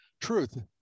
Truth